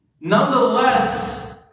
Nonetheless